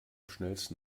schnellsten